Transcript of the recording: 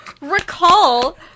recall